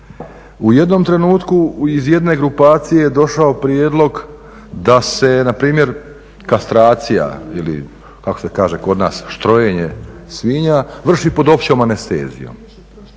U jednom trenutku iz jedne grupacije došao je prijedlog da se na primjer kastracija ili kako se kaže kod nas štrojenje svinja vrši pod općom anestezijom